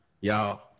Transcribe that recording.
y'all